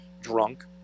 drunk